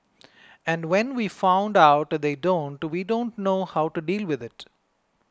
and when we found out they don't we don't know how to deal with it